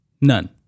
None